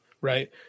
Right